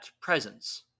presence